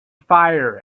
fire